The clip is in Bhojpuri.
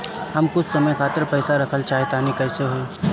हम कुछ समय खातिर पईसा रखल चाह तानि कइसे होई?